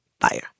fire